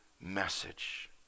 message